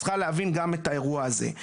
צריכה להבין גם את האירוע הזה.